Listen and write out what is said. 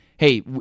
Hey